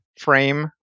frame